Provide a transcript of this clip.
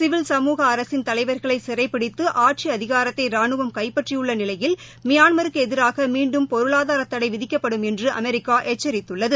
civil சமூக அரசின் தலைவர்களை சிறைபிடித்து ஆட்சி அதிகாரத்தை ரானுவம் கைப்பற்றியுள்ள நிலையில் மியான்மருக்கு எதிராக மீன்டும் பொருளாதார தடை விதிக்கப்படும் என்று அமெரிக்கா எச்சரித்துள்ளது